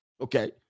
Okay